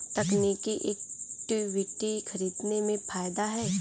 तकनीकी इक्विटी खरीदने में फ़ायदा है